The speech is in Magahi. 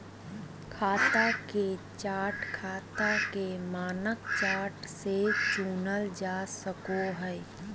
खाता के चार्ट खाता के मानक चार्ट से चुनल जा सको हय